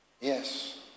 Yes